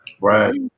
Right